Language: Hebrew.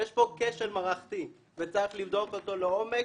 יש פה כשל מערכתי וצריך לבדוק אותו לעומק.